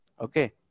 Okay